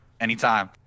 Anytime